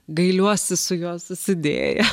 gailiuosi su juo susidėjęs